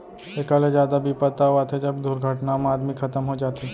एकर ले जादा बिपत तव आथे जब दुरघटना म आदमी खतम हो जाथे